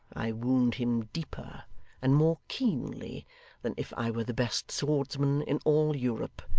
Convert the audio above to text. i wound him deeper and more keenly than if i were the best swordsman in all europe,